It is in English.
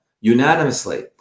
unanimously